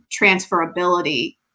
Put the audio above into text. transferability